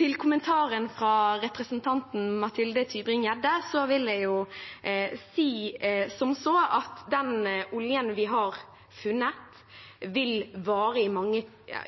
Til kommentaren fra representanten Mathilde Tybring-Gjedde vil jeg si at den oljen vi har funnet, vil vare